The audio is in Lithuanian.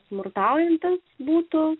smurtaujantys būtų